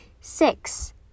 six